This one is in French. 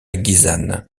guisane